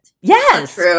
Yes